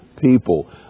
people